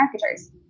marketers